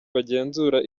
bagenzura